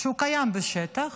שקיים בשטח,